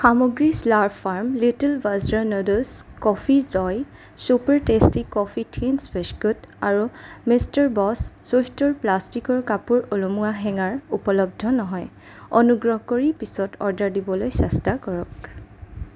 সামগ্ৰী slurp farm little bajra noodles coffee joy super tasty coffee thins biscuit আৰু mister boss চুইফ্টৰ প্লাষ্টিকৰ কাপোৰ ওলোমোৱা হেঙাৰ উপলব্ধ নহয় অনুগ্ৰহ কৰি পিছত অৰ্ডাৰ দিবলৈ চেষ্টা কৰক